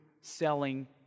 selling